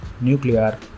nuclear